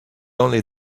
only